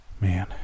Man